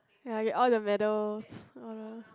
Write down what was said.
ya get all the medals !walao!